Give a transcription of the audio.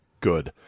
good